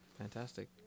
Fantastic